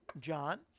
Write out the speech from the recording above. John